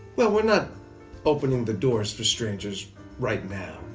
well, we're not opening the doors for strangers right now,